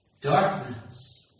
Darkness